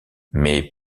mais